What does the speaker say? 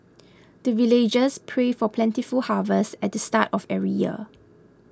the villagers pray for plentiful harvest at the start of every year